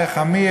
עמך עמי,